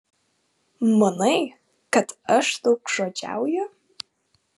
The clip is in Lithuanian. manai kad aš daugžodžiauju